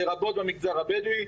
לרבות במגזר הבדואי.